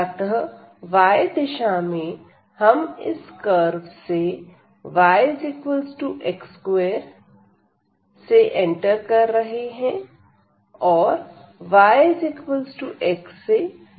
अतः y दिशा में हम इस कर्व से yx2 एंटर कर रहे हैं और yx से बाहर निकल रहे हैं